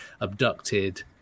abducted